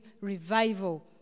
revival